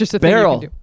barrel